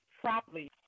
properly